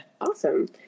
Awesome